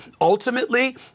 ultimately